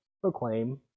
proclaim